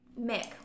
Mick